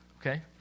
Okay